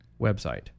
website